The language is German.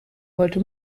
wollte